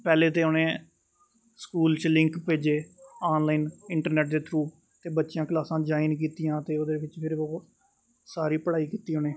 पैह्ले ते उ'नें स्कूल च लिंक भेजे आनलाइन इंटरनैट दे थरू ते बच्चेआं क्लासां जाइन कीतियां ते ओह्दे बिच फिर ओह् सारी पढ़ाई कीती उ'नें